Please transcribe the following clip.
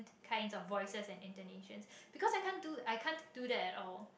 kind of voices of Indonesian because I can't do I can't do that at all